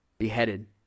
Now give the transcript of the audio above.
beheaded